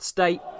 State